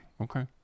okay